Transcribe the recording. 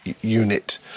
unit